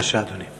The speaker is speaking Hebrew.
בבקשה, אדוני.